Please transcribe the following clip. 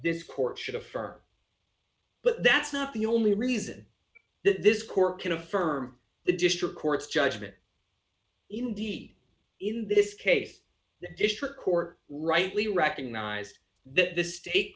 this court should a firm but that's not the only reason that this court can affirm the district court's judgment indeed in this case the district court rightly recognized that the state